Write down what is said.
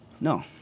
No